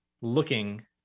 looking